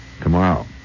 tomorrow